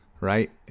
right